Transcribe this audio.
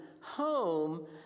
home